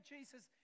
Jesus